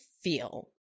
feel